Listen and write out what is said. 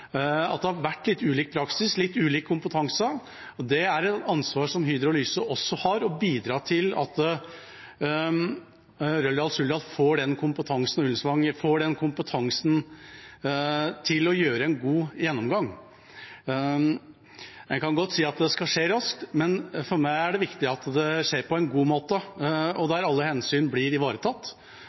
at det har vært litt ulik praksis, litt ulik kompetanse. Det er et ansvar som Hydro og Lyse også har: å bidra til at Røldal-Suldal får den kompetansen, og at Ullensvang får den kompetansen, til å gjøre en god gjennomgang. En kan godt si at det skal skje raskt, men for meg er det viktig at det skjer på en god måte der alle hensyn blir ivaretatt,